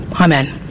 Amen